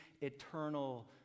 eternal